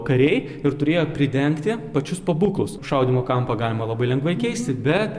kariai ir turėjo pridengti pačius pabūklus šaudymo kampą galima labai lengvai keisti bet